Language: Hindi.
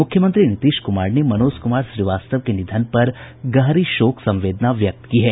मुख्यमंत्री नीतीश कुमार ने मनोज कुमार श्रीवास्तव के निधन पर गहरी शोक संवेदना जतायी है